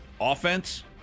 offense